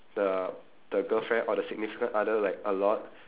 the the girlfriend or the significant other like a lot